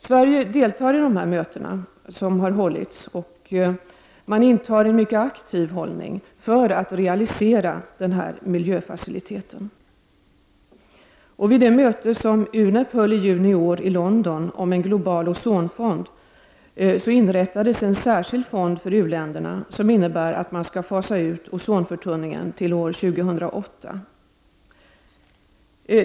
Sverige har deltagit i de möten som har hållits och intar en mycket aktiv hållning för att realisera denna miljöfacilitet. Vid det möte som UNEP höll i juni i år i London om en global ozonfond inrättades en särskild fond för u-länderna som innebär att man skall fasa ut ozonförtunningen till år 2008.